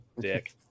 dick